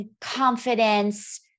confidence